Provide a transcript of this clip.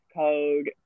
code